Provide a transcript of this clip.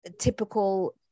typical